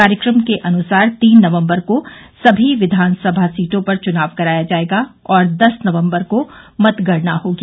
कार्यक्रम को अनुसार तीन नवम्बर को सभी विधानसभा सीटों पर चुनाव कराया जायेगा और दस नवम्बर को मतगणना होगी